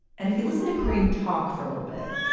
and if you listen to karim talk for a little bit,